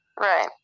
Right